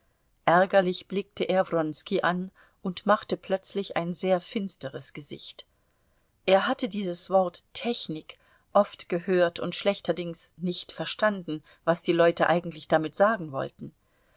ärgerlich blickte er wronski an und machte plötzlich ein sehr finsteres gesicht er hatte dieses wort technik oft gehört und schlechterdings nicht verstanden was die leute eigentlich damit sagen wollten